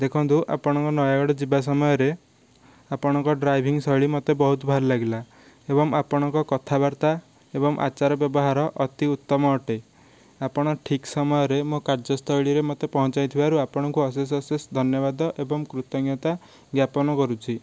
ଦେଖନ୍ତୁ ଆପଣଙ୍କୁ ନୟାଗଡ଼ ଯିବା ସମୟରେ ଆପଣଙ୍କ ଡ୍ରାଇଭିଂ ଶୈଳୀ ମୋତେ ବହୁତ ଭଲ ଲାଗିଲା ଏବଂ ଆପଣଙ୍କ କଥାବାର୍ତ୍ତା ଏବଂ ଆଚାର ବ୍ୟବହାର ଅତି ଉତ୍ତମ ଅଟେ ଆପଣ ଠିକ୍ ସମୟରେ ମୋ କାର୍ଯ୍ୟସ୍ଥଳୀରେ ମୋତେ ପହଁଞ୍ଚାଇ ଥିବାରୁ ଆପଣଙ୍କୁ ଅଶେଷ ଅଶେଷ ଧନ୍ୟବାଦ ଏବଂ କୃତଜ୍ଞତା ଜ୍ଞାପନ କରୁଛି